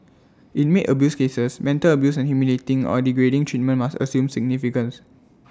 in maid abuse cases mental abuse and humiliating or degrading treatment must assume significance